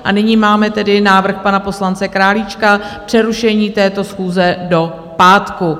A nyní máme tedy návrh pana poslance Králíčka přerušení této schůze do pátku.